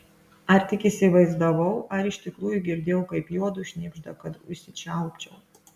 ar tik įsivaizdavau ar iš tikrųjų girdėjau kaip juodu šnibžda kad užsičiaupčiau